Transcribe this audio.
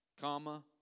Comma